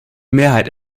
mehrheit